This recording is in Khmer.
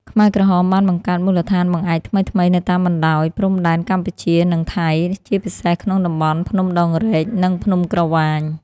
ខ្មែរក្រហមបានបង្កើតមូលដ្ឋានបង្អែកថ្មីៗនៅតាមបណ្ដោយព្រំដែនកម្ពុជា-ថៃ ជាពិសេសក្នុងតំបន់ភ្នំដងរែក និងភ្នំក្រវាញ។